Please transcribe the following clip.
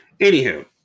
Anywho